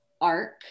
arc